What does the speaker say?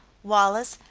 wallace,